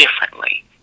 differently